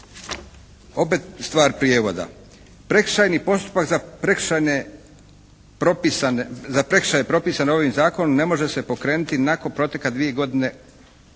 opet stvar prijevoda. Prekršajni postupak za prekršaje propisane ovim zakonom ne može se pokreniti nakon proteka dvije godine od